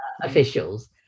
officials